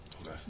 Okay